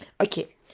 Okay